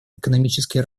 экономические